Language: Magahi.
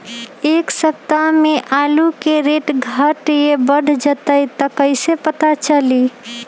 एक सप्ताह मे आलू के रेट घट ये बढ़ जतई त कईसे पता चली?